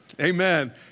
Amen